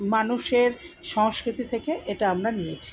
মানুষের সংস্কৃতি থেকে এটা আমরা নিয়েছি